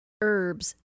Herbs